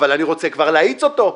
אבל אני רוצה כבר להאיץ אותו.